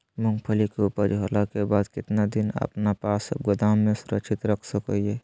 मूंगफली के ऊपज होला के बाद कितना दिन अपना पास गोदाम में सुरक्षित रख सको हीयय?